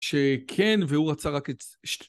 שכן, והוא רצה רק את...